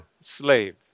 slave